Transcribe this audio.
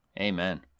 Amen